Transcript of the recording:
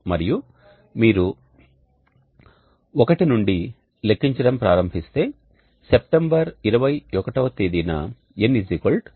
మరియు మీరు 1 నుండి లెక్కించడం ప్రారంభిస్తే మార్చ్ 21 తేదీన N80 అవుతుంది